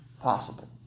possible